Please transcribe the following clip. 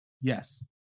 Yes